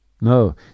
No